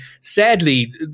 Sadly